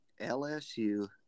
LSU –